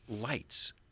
lights